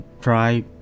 try